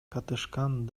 катышкан